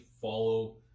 follow